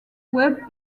web